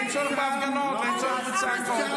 אין צורך בהפגנות ואין צורך בצעקות.